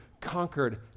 conquered